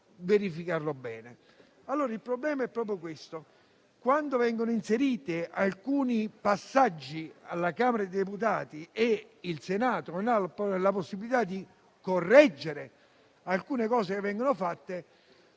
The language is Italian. Il problema è proprio questo: quando vengono inseriti determinati passaggi alla Camera dei deputati e il Senato non ha la possibilità di correggere alcune misure che vengono inserite,